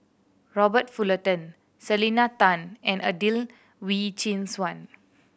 Robert Fullerton Selena Tan and Adelene Wee Chin Suan